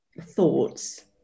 thoughts